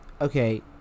Okay